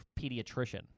pediatrician